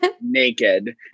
naked